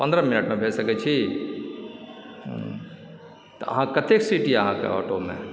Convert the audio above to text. ओ पन्द्रह मिनटमे भेज सकैत छी तऽ अहाँके कते सीट यऽ अहाँके ऑटोमे